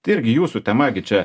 irgi jūsų tema gi čia